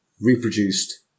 reproduced